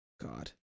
God